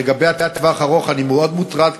לגבי הטווח הארוך אני מאוד מוטרד,